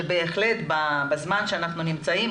שבהחלט בזמן שאנחנו נמצאים,